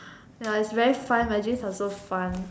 ya its very fun my dreams are so fun